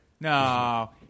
No